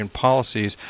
policies